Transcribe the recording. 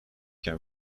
can